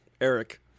Eric